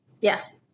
Yes